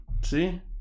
See